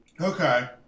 okay